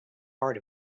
heart